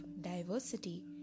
diversity